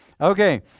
Okay